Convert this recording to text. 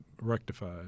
rectified